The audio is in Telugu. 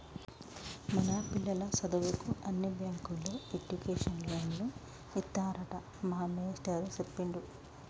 మన పిల్లల సదువుకు అన్ని బ్యాంకుల్లో ఎడ్యుకేషన్ లోన్లు ఇత్తారట మా మేస్టారు సెప్పిండు